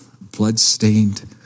blood-stained